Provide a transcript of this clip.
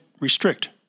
restrict